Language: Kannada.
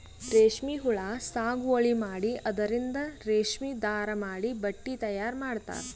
ರೇಶ್ಮಿ ಹುಳಾ ಸಾಗುವಳಿ ಮಾಡಿ ಅದರಿಂದ್ ರೇಶ್ಮಿ ದಾರಾ ಮಾಡಿ ಬಟ್ಟಿ ತಯಾರ್ ಮಾಡ್ತರ್